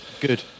good